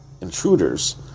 intruders